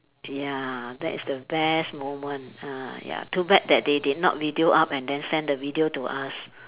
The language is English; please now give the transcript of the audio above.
ya that is the best moment ah ya too bad that they did not video up and then send the video to us